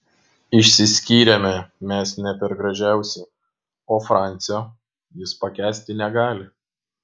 išsiskyrėme mes ne per gražiausiai o francio jis pakęsti negali